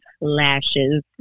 lashes